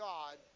God